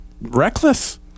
reckless